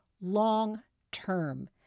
long-term